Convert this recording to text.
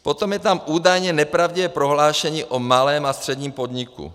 Potom je tam údajně nepravdivé prohlášení o malém a středním podniku.